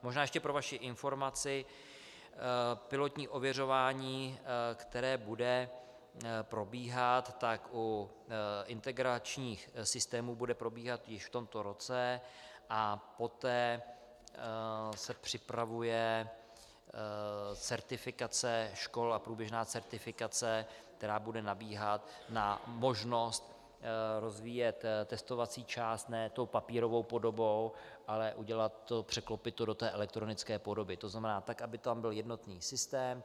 Možná ještě pro vaši informaci, pilotní ověřování, které bude probíhat, u integračních systémů bude probíhat již v tomto roce a poté se připravuje certifikace škol a průběžná certifikace, která bude nabíhat na možnost rozvíjet testovací část ne tou papírovou podobou, ale překlopit to do té elektronické podoby, to znamená tak, aby tam byl jednotný systém.